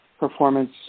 Performance